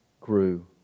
grew